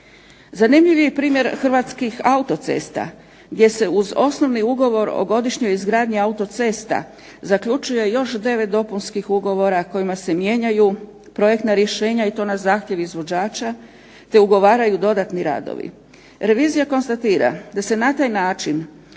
Zanimljiv je i primjer "Hrvatskih autocesta" gdje se uz osnovni Ugovor o godišnjoj izgradnji autocesta zaključuje još 9 dopunskih ugovora kojima se mijenjaju projektna rješenja i to na zahtjev izvođača te ugovaraju dodatni radovi. Revizija konstatira da se na taj način